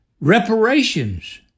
reparations